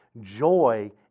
Joy